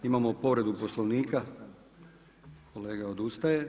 Imamo povredu Poslovnika, kolega odustaje.